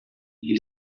ele